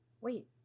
Wait